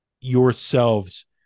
yourselves